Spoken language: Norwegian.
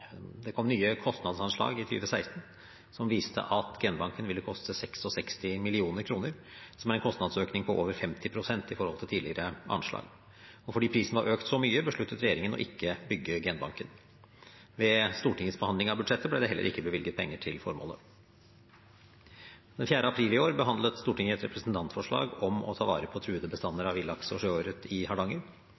Det kom nye kostnadsanslag i 2016 som viste at genbanken ville koste 66 mill. kr., som er en kostnadsøkning på over 50 pst. i forhold til tidligere anslag. Fordi prisen var økt så mye, besluttet regjeringen å ikke bygge genbanken. Ved Stortingets behandling av budsjettet ble det heller ikke bevilget penger til formålet. Den 4. april i år behandlet Stortinget et representantforslag om å ta vare på truede bestander av villaks og sjøørret i Hardanger.